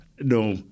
No